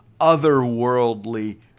otherworldly